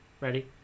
Ready